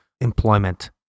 employment